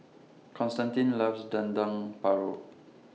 Constantine loves Dendeng Paru